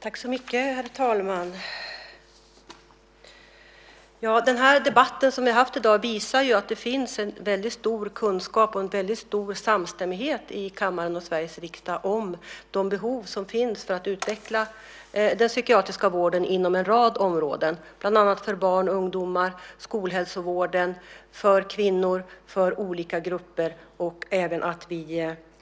Herr talman! Den debatt som vi har haft i dag visar att det finns en väldigt stor kunskap och en väldigt stor samstämmighet i kammaren och Sveriges riksdag om de behov som finns för att utveckla den psykiatriska vården inom en rad områden, bland annat för barn och ungdomar, inom skolhälsovården, för kvinnor och andra grupper.